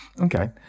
Okay